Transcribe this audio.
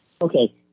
Okay